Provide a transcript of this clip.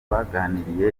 baganiriye